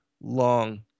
long